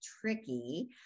tricky